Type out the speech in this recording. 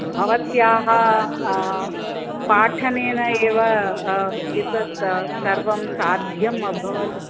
भवत्याः पाठनेन एव एतद् सर्वं साध्यम् अभवत्